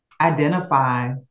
identify